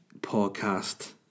podcast